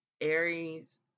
Aries